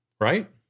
Right